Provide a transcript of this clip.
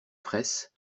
fraysse